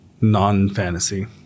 non-fantasy